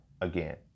again